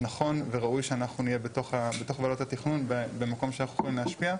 נכון וראוי שאנחנו נהיה בתוך ועדות התכנון במקום שאנחנו יכולים להשפיע,